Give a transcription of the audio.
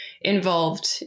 involved